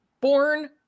born